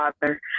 Father